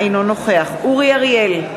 אינו נוכח אורי אריאל,